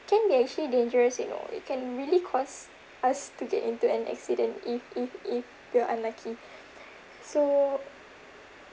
can get actually dangerous you know it can really cause us to get into an accident if if if we're unlucky so